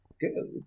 good